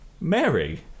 Mary